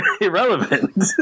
irrelevant